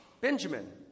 Benjamin